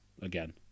again